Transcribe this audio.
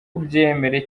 ubyemere